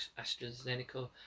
AstraZeneca